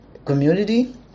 community